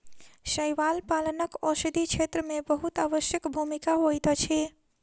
शैवाल पालनक औषधि क्षेत्र में बहुत आवश्यक भूमिका होइत अछि